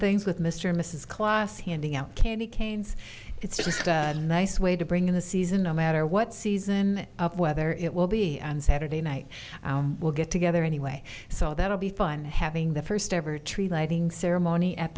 things with mr mrs claus handing out candy canes it's just a nice way to bring in the season no matter what season of whether it will be on saturday night will get together anyway so that will be fun having the first ever tree lighting ceremony at